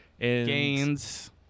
Gains